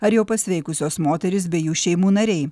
ar jau pasveikusios moterys bei jų šeimų nariai